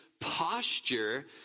posture